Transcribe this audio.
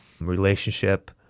relationship